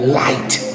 light